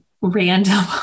random